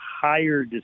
higher